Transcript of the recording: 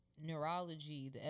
neurology